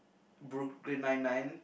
Brooklyn Nine Nine